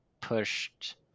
pushed